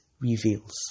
reveals